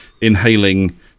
inhaling